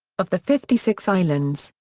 of the fifty six islands,